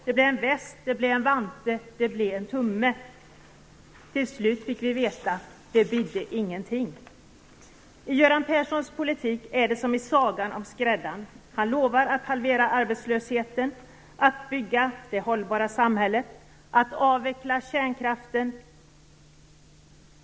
Sedan blev det en väst, en vante och en tumme. Till sist bidde det ingenting. I Göran Perssons politik är det som i sagan om skräddaren. Han lovar att halvera arbetslösheten, att bygga det hållbara samhället, att avveckla kärnkraften osv.